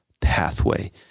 pathway